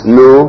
no